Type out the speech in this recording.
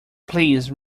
please